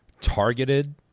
targeted